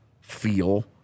feel